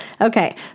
Okay